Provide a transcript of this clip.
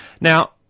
Now